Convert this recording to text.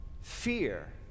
fear